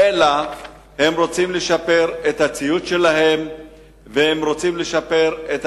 אלא הם רוצים לשפר את הציוד שלהם והם רוצים לשפר את